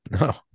No